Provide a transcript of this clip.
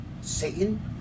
Satan